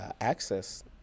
access